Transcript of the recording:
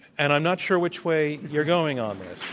and i'm not sure which way you're going on this.